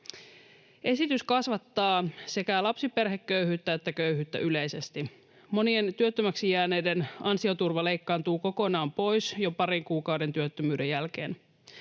Esitys kasvattaa sekä lapsiperheköyhyyttä että köyhyyttä yleisesti. Monien työttömäksi jääneiden ansioturva leikkaantuu kokonaan pois jo parin kuukauden työttömyyden jälkeen.